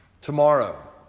tomorrow